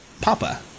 Papa